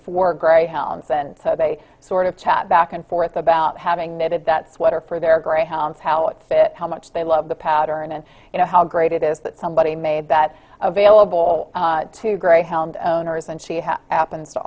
for greyhounds and they sort of chat back and forth about having knitted that sweater for their greyhounds how it fit how much they love the pattern and you know how great it is that somebody made that available to greyhound owners and she has happened to